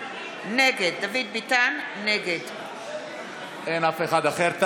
נגד אין אף אחד אחר.